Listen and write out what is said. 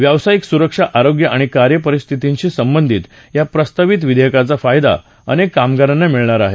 व्यावसायिक सुरक्षा आरोग्य आणि कार्यपरिस्थितींशी संबंधित या प्रस्तावित विधेयकाचा फायदा अनेक कामगारांना मिळणार आहे